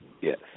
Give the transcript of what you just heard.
Yes